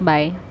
Bye